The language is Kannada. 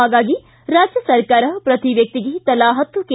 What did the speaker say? ಹಾಗಾಗಿ ರಾಜ್ಯ ಸರ್ಕಾರ ಪ್ರತೀ ವ್ಯಕ್ತಿಗೆ ತಲಾ ಪತ್ತು ಕೆ